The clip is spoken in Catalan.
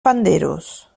panderos